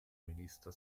minister